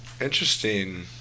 interesting